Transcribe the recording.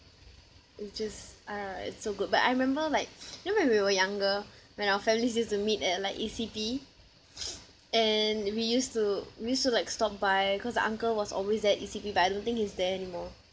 it just uh it's so good but I remember like remember we were younger when our families used to meet at like E_C_P and we used to we used to like stop by cause the uncle was always at E_C_P but I don't think he's there anymore